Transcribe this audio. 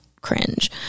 cringe